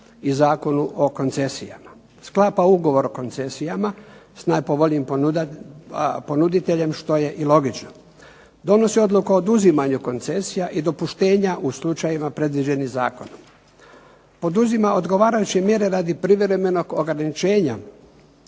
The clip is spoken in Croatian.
i Zakonu o koncesijama. Sklapa Ugovor o koncesijama s najpovoljnijim ponuditeljem što je i logično. Donosi odluku o oduzimanju koncesija i dopuštenja u slučajevima predviđenim zakonom. Poduzima odgovarajuće mjere radi privremenog ograničenja